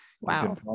wow